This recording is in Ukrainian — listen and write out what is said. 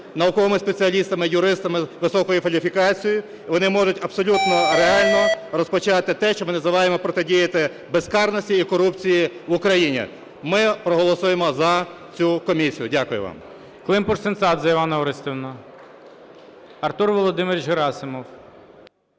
науковими спеціалістами, юристами високої кваліфікації. Вони можуть абсолютно реально розпочати те, що ми називаємо – протидіяти безкарності і корупції в Україні. Ми проголосуємо за цю комісію. Дякую вам.